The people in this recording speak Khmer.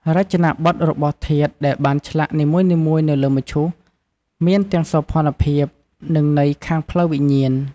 រចនាបទរបស់ធាតុដែលបានឆ្លាក់នីមួយៗនៅលើមឈូស មានទាំងសោភ័ណភាព និង ន័យខាងផ្លូវវិញ្ញាណ។